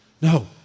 No